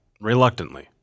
reluctantly